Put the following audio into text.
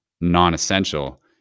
non-essential